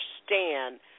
understand